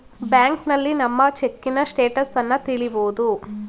ಬ್ಯಾಂಕ್ನಲ್ಲಿ ನಮ್ಮ ಚೆಕ್ಕಿನ ಸ್ಟೇಟಸನ್ನ ತಿಳಿಬೋದು